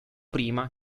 prima